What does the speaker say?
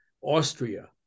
Austria